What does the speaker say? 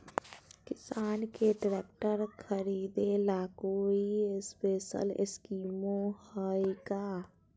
किसान के ट्रैक्टर खरीदे ला कोई स्पेशल स्कीमो हइ का?